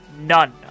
None